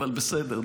אבל בסדר,